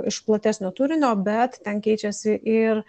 iš platesnio turinio bet ten keičiasi ir